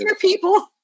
people